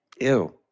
Ew